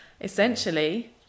Essentially